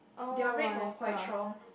their rates was quite strong